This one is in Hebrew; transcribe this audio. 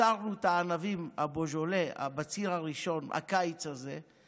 הקיץ הזה בצרנו את הבציר הראשון של ענבי בוז'ולה,